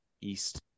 East